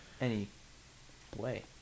Any...way